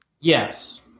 Yes